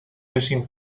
using